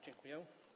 Dziękuję.